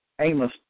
Amos